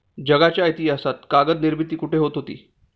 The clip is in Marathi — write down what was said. जगाच्या इतिहासात कागद निर्मिती कुठे होत होती?